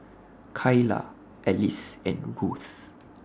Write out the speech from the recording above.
Kylah Elyse and Ruth